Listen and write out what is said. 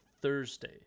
Thursday